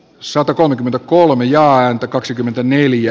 mauri pekkarinen timo v